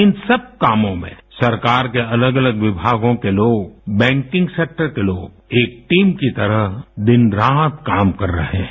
इन सब कामों में सरकार के अलग अलग विभागों के लोग बैंकिंग सेक्टर के लोग एक टीम की तरह दिन रात काम कर रहे हैं